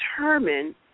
determine